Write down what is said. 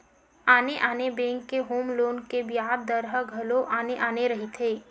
आने आने बेंक के होम लोन के बियाज दर ह घलो आने आने रहिथे